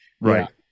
Right